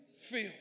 feel